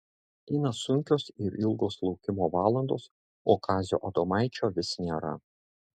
eina sunkios ir ilgos laukimo valandos o kazio adomaičio vis nėra